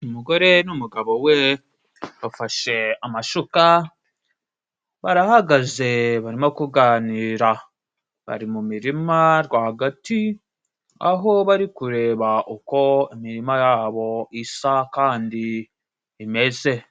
Umugore n'umugabo we bafashe amasuka , barahagaze , barimo kuganira, bari mu mirima rwagati aho bari kureba uko imirima yabo isa kandi imeze.